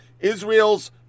Israel's